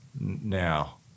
now